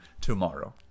tomorrow